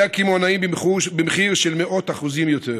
הקמעונאים במחיר של מאות אחוזים יותר.